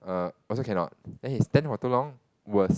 err also cannot then he stand for too long worse